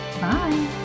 Bye